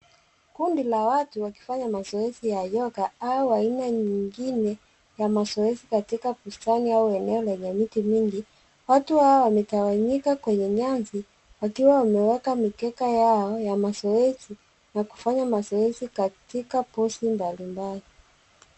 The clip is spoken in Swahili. Kundi la watu wakifanya mazoezi ya yoga au aina nyingine ya mazoezi katika bustani au eneo lenye miti mingi. Watu hawa wametawanyika kwenye nyasi, wakiwa wameweka mikeka yao ya mazoezi na kufanya mazoezi katika pozi mbalimbali.